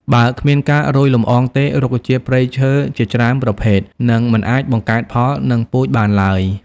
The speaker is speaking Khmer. បើគ្មានការរោយលំអងទេ រុក្ខជាតិព្រៃឈើជាច្រើនប្រភេទនឹងមិនអាចបង្កើតផល និងពូជបានឡើយ។